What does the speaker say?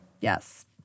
Yes